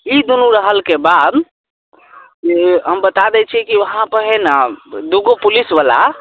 ई दुनू रहलके बाद जे हम बता दै छी कि उहाँ पर हइ ने दूगो पुलिस बला